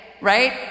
right